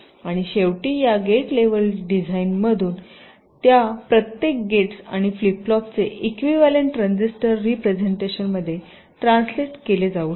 आणि शेवटी या गेट लेव्हलच्या डिझाईनमधून या प्रत्येक गेट्स आणि फ्लिप फ्लॉपचे इक्विव्हॅलेंट ट्रान्झिस्टर रिप्रेझेन्टटेशन मध्ये ट्रान्सलेट केले जाऊ शकते